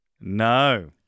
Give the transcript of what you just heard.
No